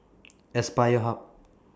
Aspire Hub